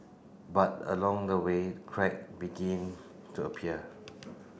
but along the way crack began to appear